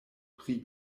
pri